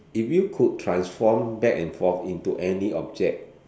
if you could transform back and forth into any object